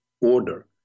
order